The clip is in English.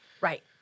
Right